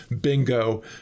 bingo